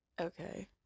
Okay